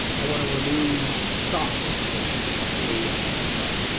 i want to remove stop words, for example, like a, and and the.